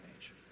age